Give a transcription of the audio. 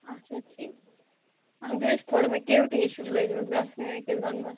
اَچھا ٹھیٖک بیٚیہِ حظ چھِ تھوڑا مےٚ کیوٹی حظ چھِ لٔجمٕژ گَژھٕنۍ أکِس دَنٛدَس